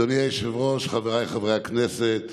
אדוני היושב-ראש, חבריי חברי הכנסת,